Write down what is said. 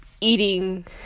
eating